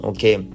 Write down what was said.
Okay